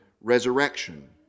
resurrection